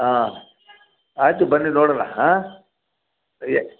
ಹಾಂ ಆಯಿತು ಬನ್ನಿ ನೋಡೋಣ ಹಾಂ ಏ